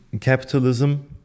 capitalism